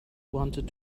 wanted